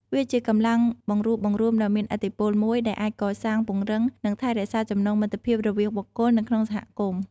វាជាកម្លាំងបង្រួបបង្រួមដ៏មានឥទ្ធិពលមួយ ដែលអាចកសាង ពង្រឹង និងថែរក្សាចំណងមិត្តភាពរវាងបុគ្គលនៅក្នុងសហគមន៍។